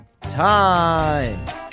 time